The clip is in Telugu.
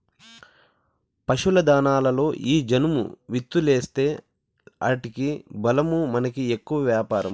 పశుల దాణాలలో ఈ జనుము విత్తూలేస్తీ ఆటికి బలమూ మనకి ఎక్కువ వ్యాపారం